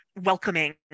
welcoming